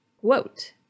Quote